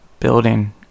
Building